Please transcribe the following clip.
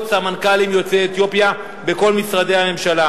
סמנכ"לים יוצאי אתיופיה בכל משרדי הממשלה?